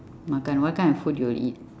makan what kind of food you will eat